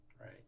Right